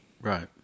Right